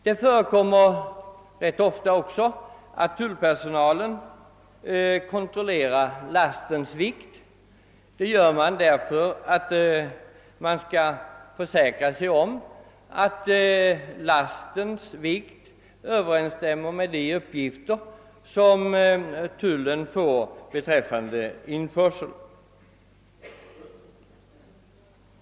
Det förekommer : också ganska ofta att tullpersonalen kontrollerar lastens vikt — det gör man därför att man vill försäkra sig om att lastens vikt överensstämmer med de uppgifter som lämnas till tullen beträffande införseln.